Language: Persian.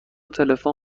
تلفن